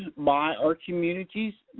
by our communities.